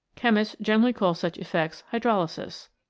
chemists generally call such effects hydrolysis.